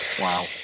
wow